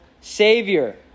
Savior